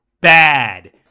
bad